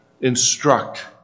instruct